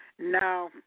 No